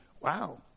wow